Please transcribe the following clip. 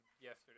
yesterday